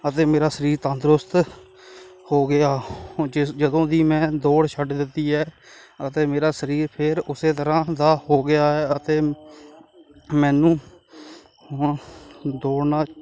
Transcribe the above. ਅਤੇ ਮੇਰਾ ਸਰੀਰ ਤੰਦਰੁਸਤ ਹੋ ਗਿਆ ਹੁਣ ਜਿਸ ਜਦੋਂ ਦੀ ਮੈਂ ਦੌੜ ਛੱਡ ਦਿੱਤੀ ਹੈ ਅਤੇ ਮੇਰਾ ਸਰੀਰ ਫਿਰ ਉਸ ਤਰ੍ਹਾਂ ਦਾ ਹੋ ਗਿਆ ਹੈ ਅਤੇ ਮੈਨੂੰ ਹੁਣ ਦੌੜਨਾ